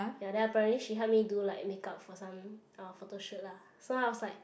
ya then apparently she help me do like makeup for some uh photo shoot lah so I was like